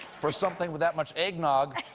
for something with that much eggnog.